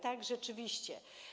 Tak, rzeczywiście.